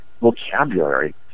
vocabulary